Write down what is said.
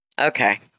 okay